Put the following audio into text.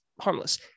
harmless